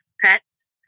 pets